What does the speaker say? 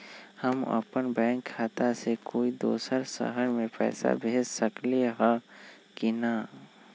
हम अपन बैंक खाता से कोई दोसर शहर में पैसा भेज सकली ह की न?